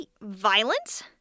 violent